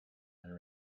and